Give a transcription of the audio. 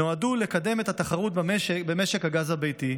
נועדו לקדם את התחרות במשק הגז הביתי,